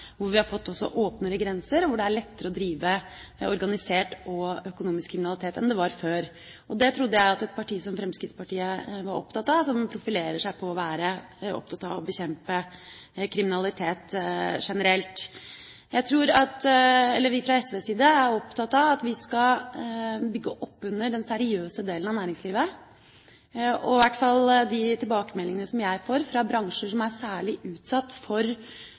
Vi har fått åpnere grenser, og det er lettere å drive organisert og økonomisk kriminalitet enn det var før. Det trodde jeg at et parti som Fremskrittspartiet var opptatt av, som profilerer seg på å være opptatt av å bekjempe kriminalitet generelt. Vi fra SVs side er opptatt av at vi skal bygge opp under den seriøse delen av næringslivet. I hvert fall i de tilbakemeldingene som jeg får fra bransjer som er særlig utsatt for